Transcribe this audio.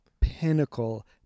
pinnacle